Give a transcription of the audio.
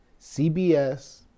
CBS